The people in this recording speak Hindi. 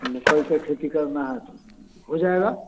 मकई का खेती करना है तो हो जाएगा